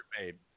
made